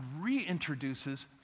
reintroduces